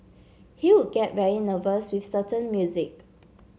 he would get very nervous with certain music